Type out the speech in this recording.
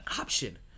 option